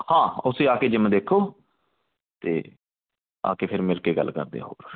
ਹਾਂ ਤੁਸੀਂ ਆ ਕੇ ਜਿਮ ਦੇਖੋ ਅਤੇ ਆ ਕੇ ਫਿਰ ਮਿਲ ਕੇ ਗੱਲ ਕਰਦੇ ਹਾਂ ਫਿਰ